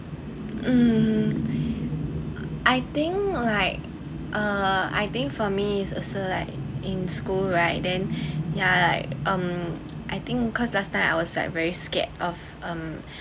um I think like uh I think for me is also like in school right then ya like um I think cause last time I was like very scared of um